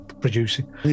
producing